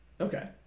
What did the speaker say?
Okay